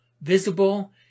visible